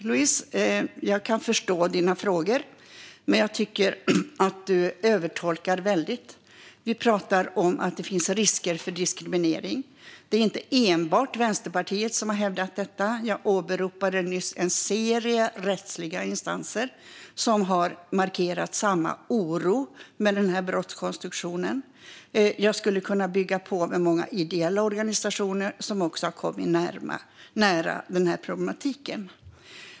Herr talman! Jag kan förstå Louise Meijers frågor, men jag tycker att hon gör en väldig övertolkning. Vi pratar om att det finns risker för diskriminering. Det är inte enbart Vänsterpartiet som har hävdat detta. Jag åberopade nyss en serie rättsliga instanser som har markerat samma oro över den här brottskonstruktionen. Jag skulle kunna bygga på med många ideella organisationer som också har kommit nära den här problematiken.